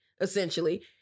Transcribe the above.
essentially